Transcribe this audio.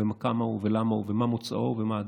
כמה הוא ולמה הוא ומה מוצאו ומה עדתו.